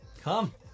Come